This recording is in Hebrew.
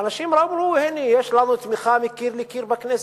ואנשים אמרו: הנה, יש לנו תמיכה מקיר לקיר בכנסת.